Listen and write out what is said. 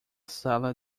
sala